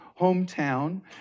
hometown